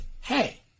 Hey